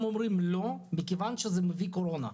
הם אומרים 'לא, מכיוון שזה מביא קורונה'.